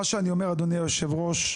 אדוני היושב-ראש,